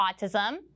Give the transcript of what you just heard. autism